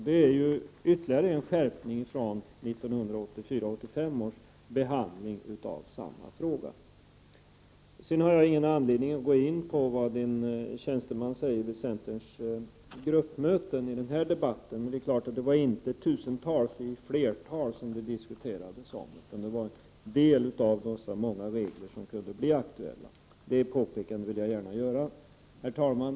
Detta är ju ytterligare en skärpning jämfört med 1984/85 års behandling av samma fråga. Jag har ingen anledning att i den här debatten gå in på vad en tjänsteman säger vid centerns gruppmöten. Men givetvis var det inte tusentals eller ett flertal olika regler som vi diskuterade, utan en del av dessa många regler som kan bli aktuella. Det påpekandet vill jag gärna göra. Herr talman!